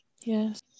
Yes